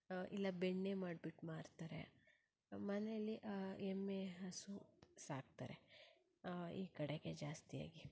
ಇಲ್ಲ ಬೆಣ್ಣೆ ಮಾಡ್ಬಿಟ್ಟು ಮಾರುತ್ತಾರೆ ಮನೆಯಲ್ಲಿ ಎಮ್ಮೆ ಹಸು ಸಾಕ್ತಾರೆ ಈ ಕಡೆಗೆ ಜಾಸ್ತಿಯಾಗಿ